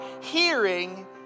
hearing